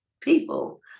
people